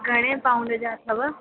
घणे पाउंड जा अथव